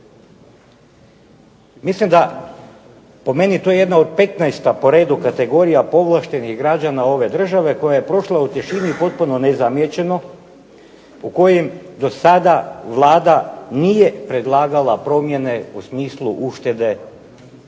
Mislim da po meni je to jedna od 15. po redu kategorija povlaštenih građana ove države koja je prošla u tišini i potpuno nezamijećeno u kojim do sada Vlada nije predlagala promjene u smislu uštede